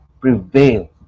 prevail